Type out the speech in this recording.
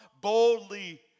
boldly